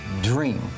dream